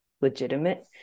legitimate